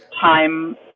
time